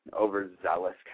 overzealous